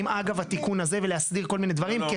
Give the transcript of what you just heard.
אגב התיקון הזה ולהסדיר כל מיני דברים.